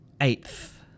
eighth